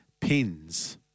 Pins